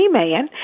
man